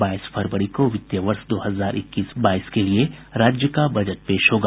बाईस फरवरी को वित्तीय वर्ष दो हजार इक्कीस बाईस के लिए राज्य का बजट पेश होगा